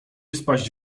spaść